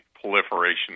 proliferation